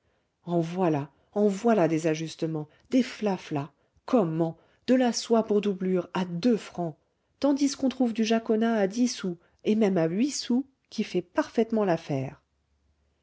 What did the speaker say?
en voilà en voilà des ajustements des flaflas comment de la soie pour doublure à deux francs tandis qu'on trouve du jaconas à dix sous et même à huit sous qui fait parfaitement l'affaire